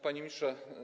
Panie Ministrze!